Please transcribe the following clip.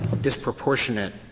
disproportionate